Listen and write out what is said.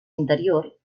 interior